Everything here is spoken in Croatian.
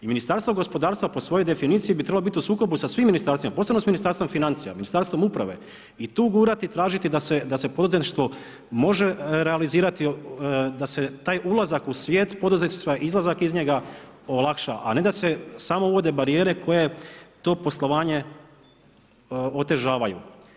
I Ministarstvo gospodarstva po svojoj definiciji bi trebalo biti u sukobu sa svim ministarstvima, posebno sa Ministarstvom financija, Ministarstvom uprave i tu gurati i tražiti da se poduzetništvo može realizirati, da se taj ulazak u svijet poduzetništva i izlazak iz njega olakša, a ne da se samo uvode barijere koje to poslovanje otežavaju.